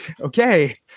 okay